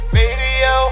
radio